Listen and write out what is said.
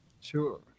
Sure